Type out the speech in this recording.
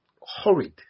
horrid